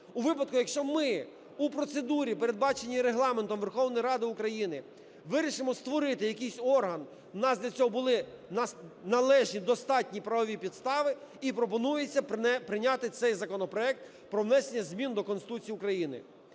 у випадку, якщо ми в процедурі, передбаченій Регламентом Верховної Ради України, вирішимо створити якийсь орган, у нас для цього були належні достатні правові підстави. І пропонується прийняти цей законопроект про внесення змін до Конституції України.